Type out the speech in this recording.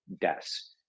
deaths